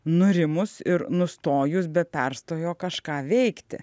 nurimus ir nustojus be perstojo kažką veikti